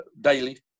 daily